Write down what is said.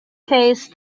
case